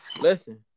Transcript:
Listen